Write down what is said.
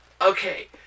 okay